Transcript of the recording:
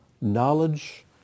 knowledge